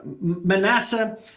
Manasseh